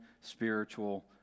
spiritual